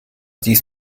dies